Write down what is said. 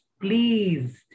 pleased